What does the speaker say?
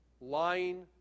lying